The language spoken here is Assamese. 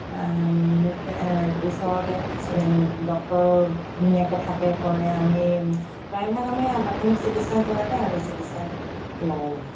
ওচৰতে ডক্তৰ ধুনীয়াকৈ থাকে কৰে আমি প্ৰায়ভাগ আমি প্ৰাথমিক চিকিৎসা সেৱাতে আমি চিকিৎসা লওঁ মানে